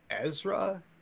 Ezra